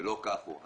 ולא כך הוא.